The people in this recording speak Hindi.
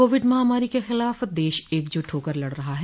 कोविड महामारी के खिलाफ देश एकजुट होकर लड़ रहा है